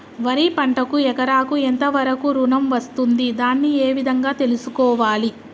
వరి పంటకు ఎకరాకు ఎంత వరకు ఋణం వస్తుంది దాన్ని ఏ విధంగా తెలుసుకోవాలి?